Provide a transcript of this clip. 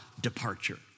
departure